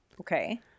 Okay